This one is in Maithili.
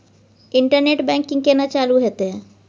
इंटरनेट बैंकिंग केना चालू हेते?